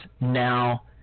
now